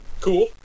cool